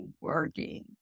working